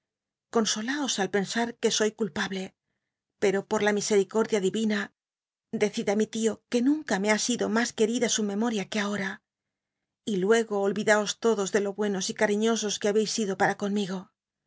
consolaos al pensar que soy culpable pero por la misericordia l i vina decid á mi lio que nunca me ha sido mas querida su memotia que ahora y luego olyidaos todos de lo buenos y ca riñosos que habeis sido para conmigo